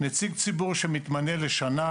לעומת נציג ציבור שמתמנה לשנה,